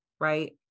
right